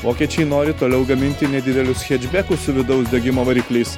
vokiečiai nori toliau gaminti nedidelius hedžbekus su vidaus degimo varikliais